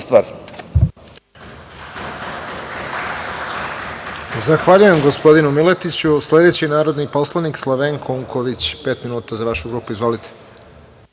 stvar,